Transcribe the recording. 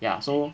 ya so